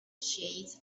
shades